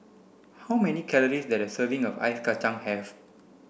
how many calories does a serving of Ice Kachang have